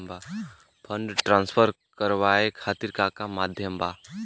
Fund transfer करवाये खातीर का का माध्यम बा?